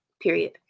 period